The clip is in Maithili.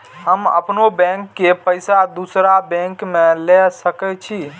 हम अपनों बैंक के पैसा दुसरा बैंक में ले सके छी?